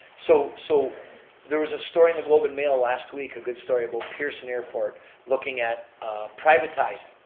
so so there was a story in the globe and mail last week, a good story about pearson airport looking at privatizing.